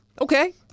okay